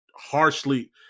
Harshly